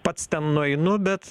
pats ten nueinu bet